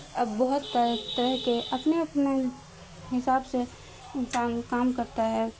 اب بہت طرح طرح کے اپنے اپنے حساب سے کام کام کرتا ہے